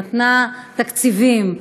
נתנה תקציבים,